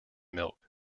milk